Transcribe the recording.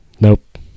Nope